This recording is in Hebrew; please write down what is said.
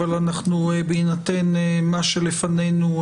אבל בהינתן מה שלפנינו,